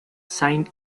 saint